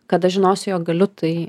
kada žinosiu jog galiu tai